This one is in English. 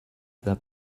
that